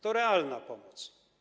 To realna pomoc.